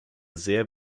sehr